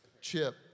Chip